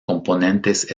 componentes